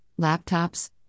laptops